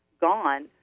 gone